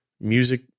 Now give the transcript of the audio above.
music